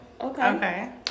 Okay